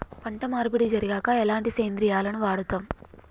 పంట మార్పిడి జరిగాక ఎలాంటి సేంద్రియాలను వాడుతం?